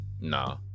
Nah